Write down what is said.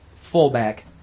fullback